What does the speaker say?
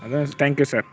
அதான் thank you sir